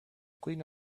clean